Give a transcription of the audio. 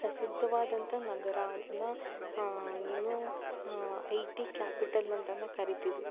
ಪ್ರಸಿದ್ಧವಾದಂಥ ನಗರ ಅದನ್ನು ಇನ್ನು ಐ ಟಿ ಕ್ಯಾಪಿಟಲ್ ಅಂತನೇ ಕರಿತೀವಿ